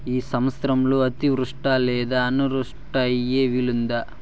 ఈ సంవత్సరంలో అతివృష్టి లేదా అనావృష్టి అయ్యే వీలుందా?